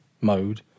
mode